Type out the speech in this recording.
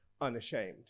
unashamed